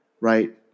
Right